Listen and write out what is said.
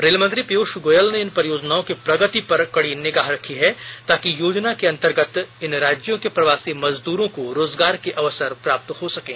rail मंत्री पीयूष गोयल इन परियोजनाओं की प्रगति पर कड़ी निगाह रखे हुए हैं ताकि योजना के अंतर्गत इन राज्यों के प्रवासी मजदूरों को रोजगार के अवसर प्राप्त हो सकें